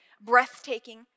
breathtaking